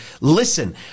listen